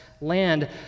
land